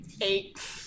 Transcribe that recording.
Eight